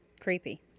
Creepy